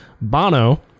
Bono